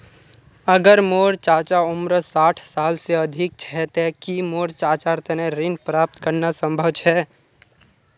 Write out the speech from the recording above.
अगर मोर चाचा उम्र साठ साल से अधिक छे ते कि मोर चाचार तने ऋण प्राप्त करना संभव छे?